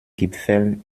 gipfeln